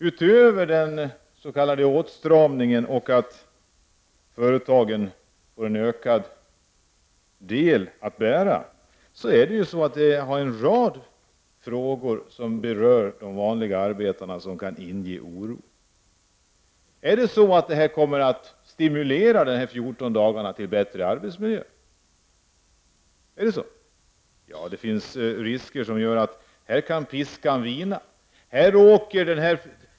Utöver den s.k. åtstramningen och att företagen får bära en ökad del av kostnaderna får det en rad effekter som kan inge oro. Är det så att de 14 dagarnas arbetsgivarinträde kommer att stimulera till bättre arbetsiljö? Är det så? Det finns risk för att man åstadkommer effekten genom att låta piskan vina.